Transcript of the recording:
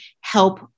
help